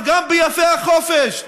וגם בימי החופש,